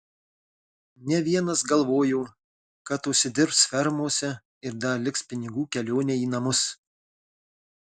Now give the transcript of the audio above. ne vienas galvojo kad užsidirbs fermose ir dar liks pinigų kelionei į namus